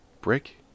Brick